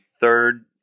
third